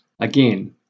again